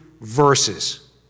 verses